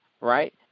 right